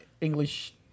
English